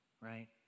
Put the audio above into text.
right